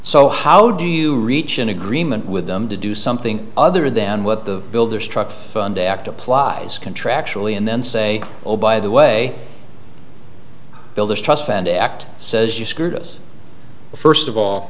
so how do you reach an agreement with them to do something other than what the builders trucks and act applies contractually and then say oh by the way bill this trust fund act says you screwed us first of all